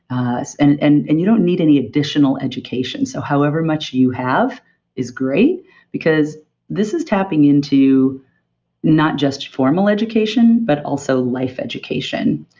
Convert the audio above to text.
and and and you don't need any additional education. so however much you have is great because this is tapping into not just formal education but also life education.